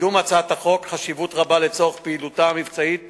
לקידום הצעת החוק חשיבות רבה לצורך פעילותה המבצעית